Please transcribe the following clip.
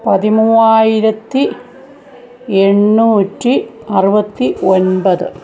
പതിമൂവായിരത്തി എണ്ണൂറ്റി അറുപത്തി ഒൻപത്